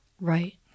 right